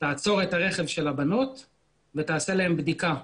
תעצור את הרכב של הבנות ותעשה להן בדיקה,